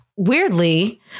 weirdly